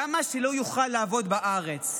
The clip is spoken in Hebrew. למה שלא יוכל לעבוד בארץ?